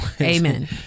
Amen